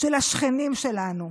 של השכנים שלנו.